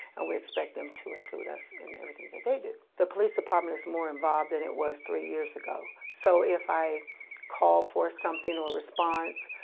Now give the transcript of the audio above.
and we expect them to include us in everything that they do. the police department is more involved than it was three years ago. so if i call for something or a response,